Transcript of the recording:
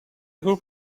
group